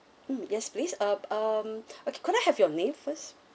mm yes please uh um okay could I have your name first